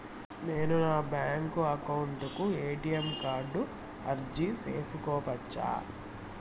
నేను నా bank account కు ఎ.టి.ఎం కార్డు అర్జీ సేసుకోవచ్చా?